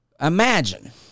imagine